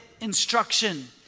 instruction